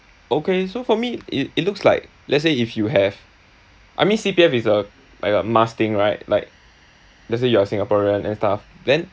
okay so for me it it looks like let's say if you have I mean C_P_F is a like a must thing right like let's say you are singaporean and stuff then